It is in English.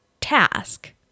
task